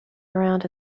around